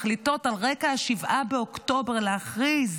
מחליטות על רקע 7 באוקטובר להכריז